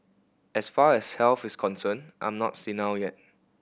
as far as health is concerned I'm not senile yet